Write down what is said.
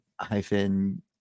hyphen